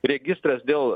registras dėl